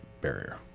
barrier